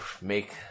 make